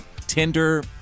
Tinder